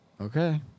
Okay